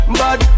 bad